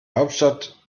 hauptstadt